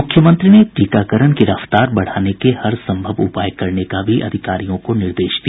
मूख्यमंत्री ने टीकाकरण की रफ्तार बढ़ाने के हर सम्भव उपाय करने का भी अधिकारियों को निर्देश दिया